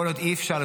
כל עוד אי-אפשר,